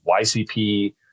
YCP